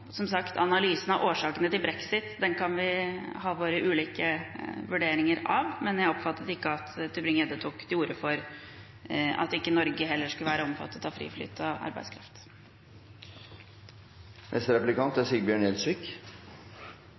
Som sagt, analysen av årsakene til brexit kan vi ha våre ulike vurderinger av, men jeg oppfattet ikke at Tybring-Gjedde tok til orde for at ikke Norge heller skulle være omfattet av fri flyt av arbeidskraft.